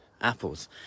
apples